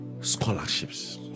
scholarships